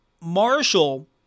Marshall